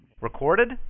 Recorded